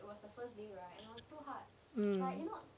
mm